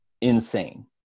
insane